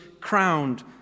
crowned